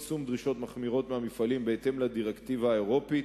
יישום דרישות מחמירות מהמפעלים בהתאם לדירקטיבה האירופית